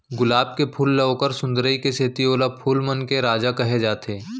गुलाब के फूल ल ओकर सुंदरई के सेती ओला फूल मन के राजा कहे जाथे